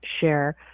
share